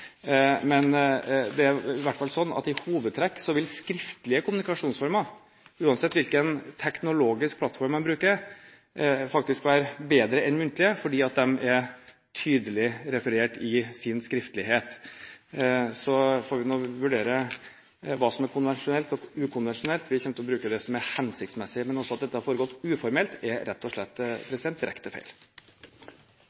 Men i hovedtrekk vil i alle fall skriftlige kommunikasjonsformer, uansett hvilken teknologisk plattform man bruker, faktisk være bedre enn muntlige fordi de er tydelig referert i sin skriftlighet. Så får vi vurdere hva som er konvensjonelt og ukonvensjonelt, vi kommer til å bruke det som er hensiktsmessig. Men at dette har foregått uformelt, er rett og slett